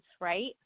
right